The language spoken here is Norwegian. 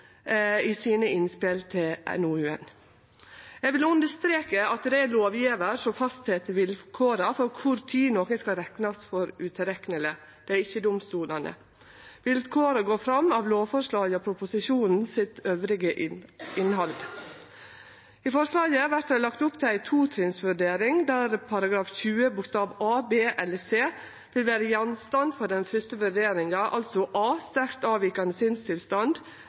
innspela sine til NOU-en. Eg vil understreke at det er lovgjevar som fastset vilkåra for kva tid nokon skal reknast for utilrekneleg, det er ikkje domstolane. Vilkåra går fram av det resterande innhaldet i lovforslaget og proposisjonen. I forslaget vert det lagt opp til ei totrinnsvurdering der § 20 bokstav a, b eller c vil vere gjenstand for den første vurderinga, altså: sterkt avvikende sinnstilstand